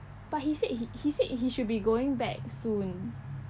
but he said he said he should be going back soon